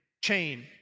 Chain